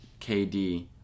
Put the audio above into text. KD